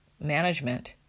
management